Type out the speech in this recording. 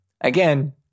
again